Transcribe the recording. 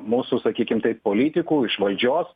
mūsų sakykim taip politikų iš valdžios